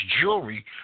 jewelry